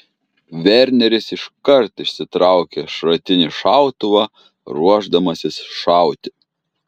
verneris iškart išsitraukia šratinį šautuvą ruošdamasis šauti